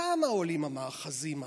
כמה עולים המאחזים האלה?